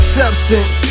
substance